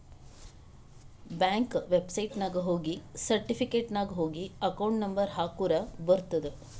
bank ವೆಬ್ಸೈಟ್ನಾಗ ಹೋಗಿ certificate ನಾಗ್ ಹೋಗಿ ಅಕೌಂಟ್ ನಂಬರ್ ಹಾಕುರ ಬರ್ತುದ್